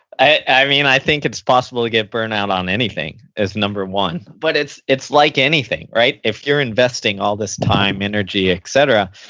i i mean, i think it's possible to get burnout on anything is number one. but it's it's like anything. right? if you're investing all this time, energy, et cetera,